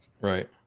Right